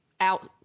out